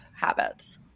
habits